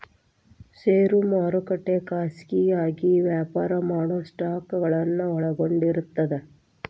ಷೇರು ಮಾರುಕಟ್ಟೆ ಖಾಸಗಿಯಾಗಿ ವ್ಯಾಪಾರ ಮಾಡೊ ಸ್ಟಾಕ್ಗಳನ್ನ ಒಳಗೊಂಡಿರ್ತದ